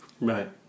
Right